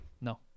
No